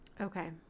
Okay